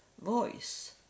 voice